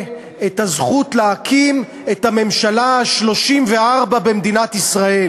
את הזכות להקים את הממשלה ה-34 במדינת ישראל.